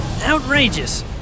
Outrageous